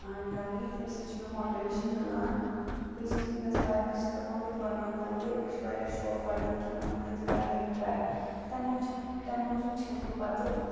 try تَمہِ سۭتۍ چھِ مےٚ ماٹٕویشَن میلان بیٚیہِ چھَس بہٕ اِنَسپایَر بہٕ چھَس دَپان بہٕ تہِ بَناوہا یہِ مےٚ چھُ واریاہ شوق بَڈان کہِ نا بہٕ تہِ کَرٕہا یہِ ٹرٛے تَمہِ موٗجوٗب تَمہِ موٗجوٗب چھَس بہٕ پَتہٕ